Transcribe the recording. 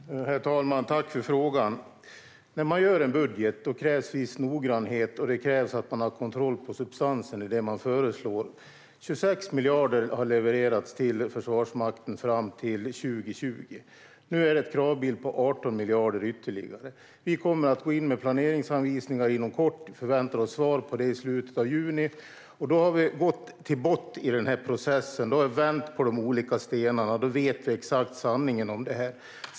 Herr talman! Jag tackar Hans Wallmark för frågan. När man gör en budget krävs viss noggrannhet, och det krävs att man har kontroll på substansen i det man föreslår. Det ska levereras 26 miljarder till Försvarsmakten fram till 2020. Nu finns en kravbild på ytterligare 18 miljarder. Vi kommer att gå in med planeringsanvisningar inom kort, och vi förväntar oss svar på det i slutet av juni. Då har vi gått till botten i denna process och vänt på de olika stenarna och vet sanningen mer exakt.